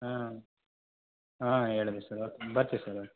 ಹಾಂ ಹಾಂ ಹೇಳಿದ್ರು ಸರ್ ಬರ್ತಿವಿ ಸರ್